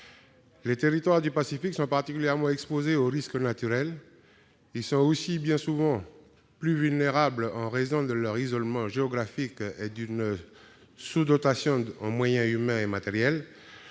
Ces territoires sont particulièrement exposés aux risques naturels. Ils sont aussi, bien souvent, plus vulnérables en raison de leur isolement géographique et d'une sous-dotation en moyens humains et matériels.